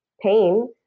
pain